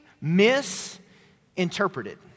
misinterpreted